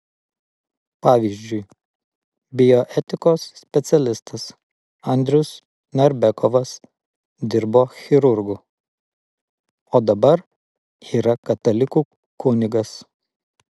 pavyzdžiui bioetikos specialistas andrius narbekovas dirbo chirurgu o dabar yra katalikų kunigas